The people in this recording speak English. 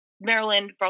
Maryland